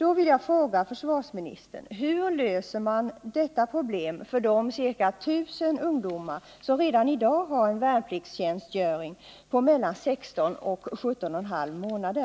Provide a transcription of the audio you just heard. Här vill jag fråga försvarsministern: Hur löser man detta problem för de ca 1000 ungdomar som redan i dag har en värnpliktstjänstgöring på mellan 16 och 17,5 månader?